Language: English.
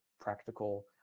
practical